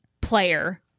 player